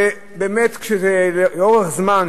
ובאמת לאורך זמן,